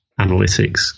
analytics